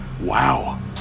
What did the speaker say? Wow